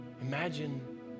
Imagine